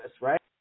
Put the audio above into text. right